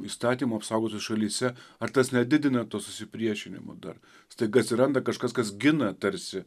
įstatymo apsaugotos šalyse ar tas nedidina to susipriešinimo dar staiga atsiranda kažkas kas gina tarsi